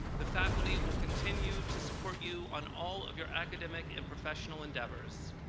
the faculty will continue to support you on all of your academic and professional endeavors.